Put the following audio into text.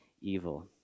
evil